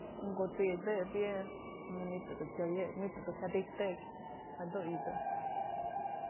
Kut'sidëb yë, manytë tyoyëk manytë dun jyadi'ijtëk jadun yë dun.